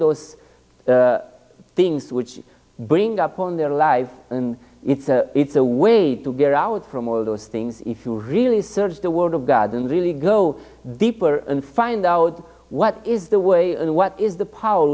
those things which bring upon their lives and it's it's a way to get out from all those things if you really search the word of god and really go deeper and find out what is the way and what is the power